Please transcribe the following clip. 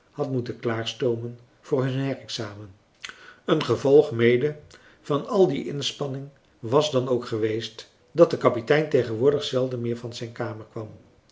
had moeten klaar stoomen voor hun her-examen een gevolg mede van al die inspanning was dan ook geweest dat de kapitein tegenwoordig zelden meer van zijn kamer kwam